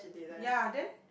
yea then